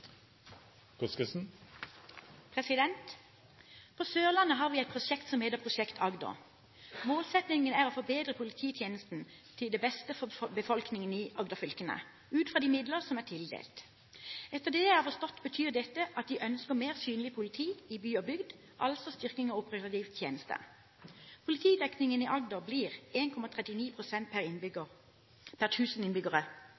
På Sørlandet har vi et prosjekt som heter Prosjekt Agder. Målsettingen er å forbedre polititjenesten til det beste for befolkningen i Agder-fylkene, ut fra de midler som er tildelt. Etter det jeg har forstått, betyr det at man ønsker mer synlig politi i by og bygd, altså styrking av operativ tjeneste. Politidekningen i Agder blir 1,39 pst. per 1 000 innbyggere – hadde det vært per innbygger,